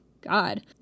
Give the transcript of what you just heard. God